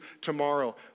tomorrow